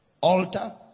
Altar